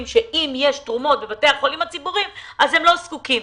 שאם יש תרומות בבתי החולים הציבוריים אז הם לא זקוקים.